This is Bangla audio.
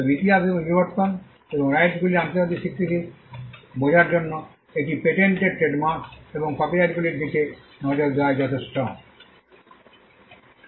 তবে ইতিহাস এবং বিবর্তন এবং এই রাইটস গুলির আন্তর্জাতিক স্বীকৃতি বোঝার জন্য এটি পেটেন্টের ট্রেডমার্ক এবং কপিরাইটগুলির দিকে নজর দেওয়া যথেষ্টই যথেষ্ট